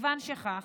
כיוון שכך,